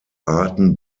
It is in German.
arten